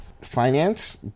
finance